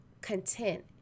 content